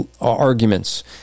arguments